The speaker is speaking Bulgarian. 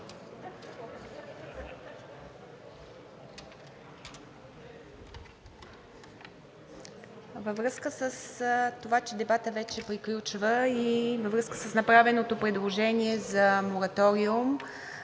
Във връзка с това, че дебатът вече приключва, и във връзка с направеното предложение за мораториум